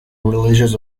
religious